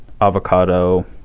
avocado